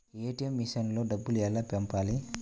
ATM మెషిన్లో డబ్బులు ఎలా పంపాలి?